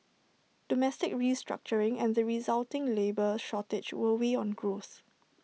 domestic restructuring and the resulting labour shortage will weigh on growth